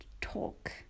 talk